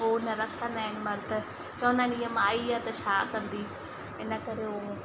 हो न रखंदा आहिनि मर्द चवंदा आहिनि ईअं माई आहे त छा कंदी इन करे हो